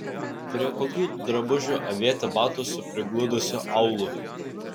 prie kokių drabužių avėti batus su prigludusiu aulu